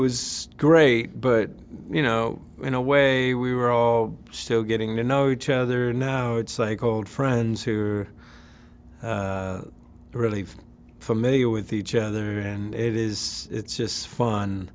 was great but you know in a way we were all still getting to know each other and now it's a called friends who are really familiar with each other and it is just fun